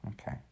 Okay